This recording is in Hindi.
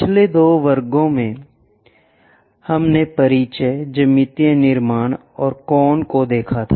पिछले दो वर्गों में हमने परिचय ज्यामितीय निर्माण और कोण को देखा था